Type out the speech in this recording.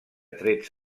trets